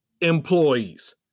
employees